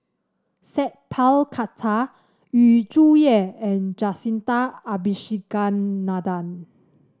Sat Pal Khattar Yu Zhuye and Jacintha Abisheganaden